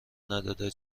نداده